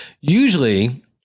usually